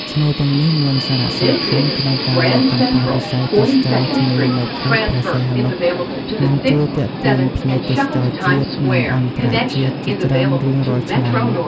ឆ្នេរទាំងនេះមានសារៈសំខាន់ក្នុងការលើកកម្ពស់វិស័យទេសចរណ៍ឆ្នេរនៅខេត្តព្រះសីហនុ និងជួយទាក់ទាញភ្ញៀវទេសចរជាតិ និងអន្តរជាតិជាច្រើនរៀងរាល់ឆ្នាំ។